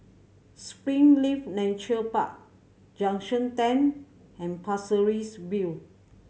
Springleaf Nature Park Junction Ten and Pasir Ris View